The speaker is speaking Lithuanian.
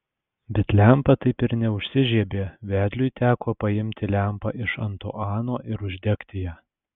bet lempa taip ir neužsižiebė vedliui teko paimti lempą iš antuano ir uždegti ją